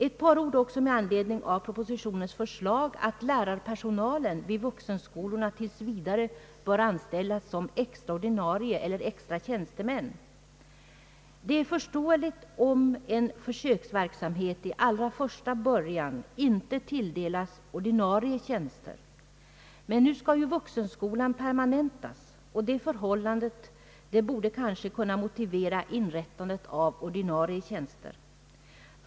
Ett par ord också med anledning av propositionens förslag att lärarpersonalen vid vuxenskolorna tills vidare bör anställas som extra ordinarie eller extra tjänstemän. Det är förståeligt om en försöksverksamhet i allra första början inte tilldelas ordinarie tjänster. Men nu skall ju vuxenskolan permanentas och det förhållandet borde kanske kunna motivera inrättandet av ordinarie tjänster.